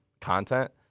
content